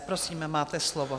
Prosím, máte slovo.